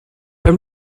pen